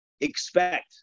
expect